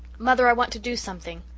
mother, i want to do something.